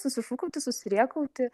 susišūkuoti susirėkauti